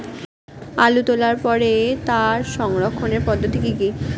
আলু তোলার পরে তার সংরক্ষণের পদ্ধতি কি কি?